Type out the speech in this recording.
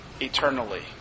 Eternally